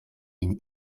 lin